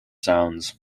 sounds